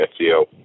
SEO